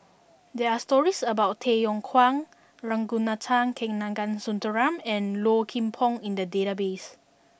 there are stories about Tay Yong Kwang Ragunathar Kanagasuntheram and Low Kim Pong in the database